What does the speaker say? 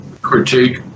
critique